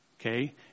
Okay